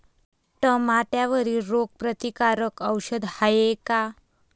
टमाट्यावरील रोग प्रतीकारक औषध हाये का?